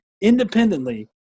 independently